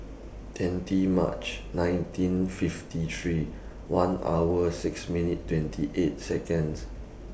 twenty March nineteen fifty three one hour six minute twenty eight Seconds